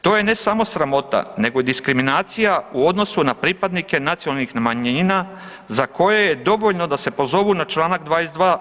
To je ne samo sramota nego i diskriminacija u odnosu na pripadnike nacionalnih manjina za koje je dovoljno da se pozovu na čl. 22.